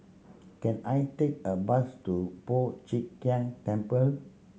can I take a bus to Po Chiak Keng Temple